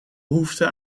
behoefte